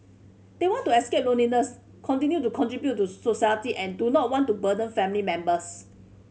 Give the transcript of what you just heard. they want to escape loneliness continue to contribute to society and do not want to burden family members